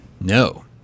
No